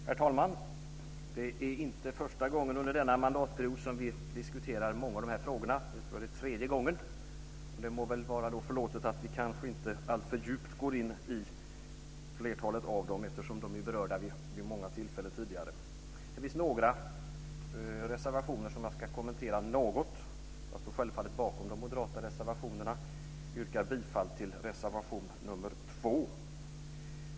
Herr talman! Det är inte första gången under denna mandatperiod som vi diskuterar många av de här frågorna. Jag tror att det är tredje gången. Det må då vara förlåtet att vi kanske inte går in alltför djupt i flertalet av dem, eftersom de är berörda vid många tillfällen tidigare. Det finns några reservationer som jag ska kommentera något. Jag står självfallet bakom de moderata reservationerna och yrkar bifall till reservation nr 2.